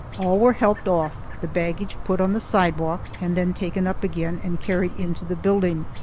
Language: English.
all were helped off, the baggage put on the sidewalk, and then taken up again and carried into the building,